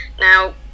Now